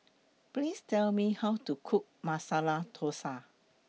Please Tell Me How to Cook Masala Thosai